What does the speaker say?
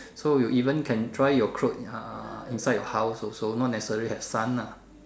so you even can dry your clothes inside your house also not necessary have sun ah